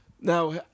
Now